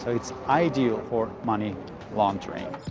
it's ideal for money laundering.